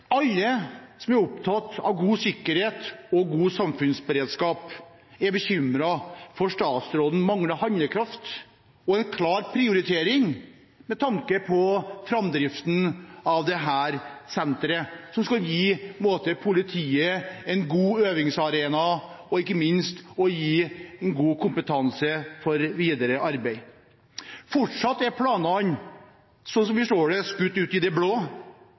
Alle som er opptatt av god sikkerhet og god samfunnsberedskap, er bekymret for at statsråden mangler handlekraft og en klar prioritering med tanke på framdriften av dette senteret som skal gi politiet en god øvingsarena og ikke minst gi god kompetanse for videre arbeid. Fortsatt er planene – sånn som vi forstår det – skutt ut i det blå